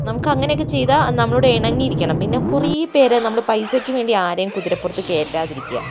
നമുക്കങ്ങനെ ഒക്കെ ചെയ്താൽ നമ്മളോട് ഇണങ്ങിയിരിക്കണം പിന്നെ കുറേപ്പേരെ നമ്മള് പൈസയ്ക്ക് വേണ്ടി ആരെയും കുതിരപ്പുറത്ത് കയറ്റാതിരിക്കുക